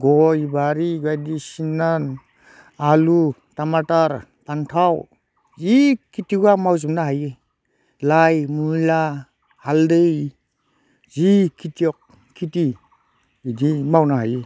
गय बारि बायदिसिना आलु थामाटार फान्थाव जि खिथिखौ आं मावजोबनो हायो लाइ मुला हालदै जि खिथियक खिथि बिदि मावनो हायो